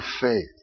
faith